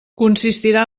consistirà